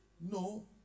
No